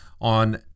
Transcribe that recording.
on